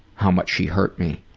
how much she hurt me